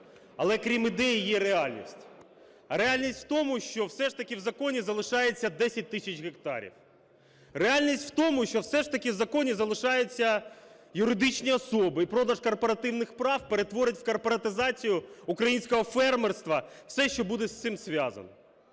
Але крім ідеї є реальність. А реальність в тому, що все ж таки в законі залишається 10 тисяч гектарів. Реальність в тому, що все ж таки в законі залишаються юридичні особи. І продаж корпоративних прав перетворить в корпоратизацію українського фермерства все, що буде з цим пов'язано.